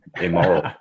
immoral